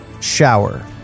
Shower